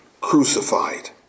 Crucified